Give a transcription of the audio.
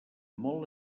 molt